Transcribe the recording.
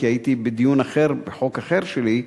כי הייתי בדיון אחר בחוק אחר שלי,